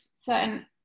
certain